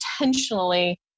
intentionally